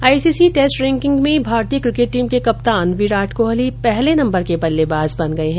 ICC test ranking में भारतीय cricket team के कप्तान विराट कोहली पहले नम्बर के बल्लेबाज बन गये है